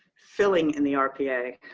filling in the rpa.